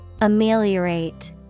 ameliorate